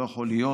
לא יכול להיות,